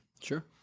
Sure